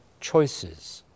choices